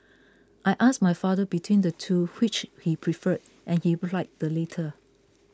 I asked my father between the two which he preferred and he replied the latter